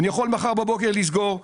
אני יכול מחר בבוקר לסגור,